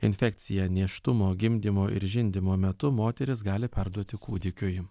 infekciją nėštumo gimdymo ir žindymo metu moteris gali perduoti kūdikiui